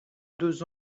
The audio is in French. deux